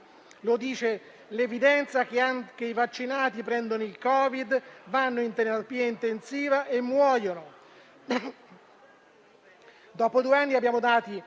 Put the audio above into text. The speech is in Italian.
Lo dice l'evidenza che anche i vaccinati prendono il Covid, vanno in terapia intensiva e muoiono. Dopo due anni abbiamo dati